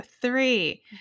three